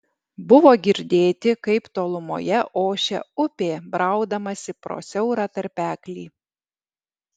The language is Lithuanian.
buvo girdėti kaip tolumoje ošia upė braudamasi pro siaurą tarpeklį